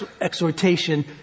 exhortation